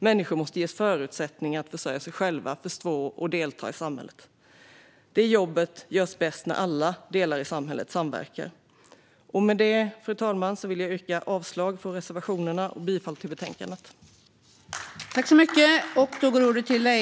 Människor måste ges förutsättningar att försörja sig själva samt förstå och delta i samhället. Det jobbet görs bäst när alla delar i samhället samverkar. Med det, fru talman, vill jag yrka avslag på reservationerna och bifall till utskottets förslag i betänkandet.